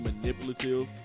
manipulative